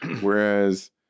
whereas